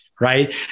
Right